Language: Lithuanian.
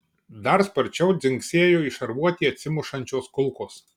dar sparčiau dzingsėjo į šarvuotį atsimušančios kulkos